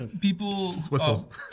people